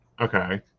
okay